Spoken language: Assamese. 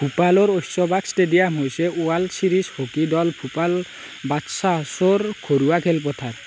ভূপালৰ ঐশবাগ ষ্টেডিয়াম হৈছে ৱৰ্ল্ড ছিৰিজ হকী দল ভূপাল বাদশ্বাহ্ছৰ ঘৰুৱা খেলপথাৰ